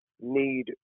need